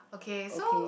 okay so